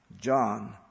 John